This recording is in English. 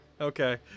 Okay